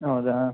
ಹೌದಾ